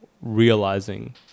realizing